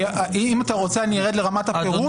אם אתה רוצה, אני ארד לרמת הפירוט.